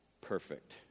perfect